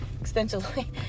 extensively